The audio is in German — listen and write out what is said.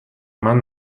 mann